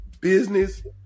business